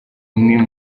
umwe